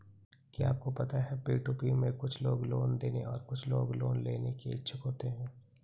क्या आपको पता है पी.टू.पी में कुछ लोग लोन देने और कुछ लोग लोन लेने के इच्छुक होते हैं?